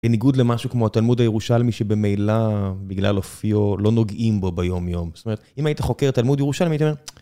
בניגוד למשהו כמו התלמוד הירושלמי שבמילא בגלל אופיו לא נוגעים בו ביומיום. זאת אומרת, אם היית חוקר תלמוד ירושלמי היית אומר...